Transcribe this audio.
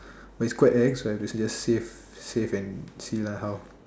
but it's quite ex so I have to just save save and see lah how